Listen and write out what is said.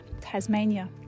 Tasmania